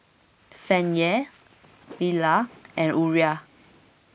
Fannye Lilah and Uriah